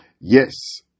Yes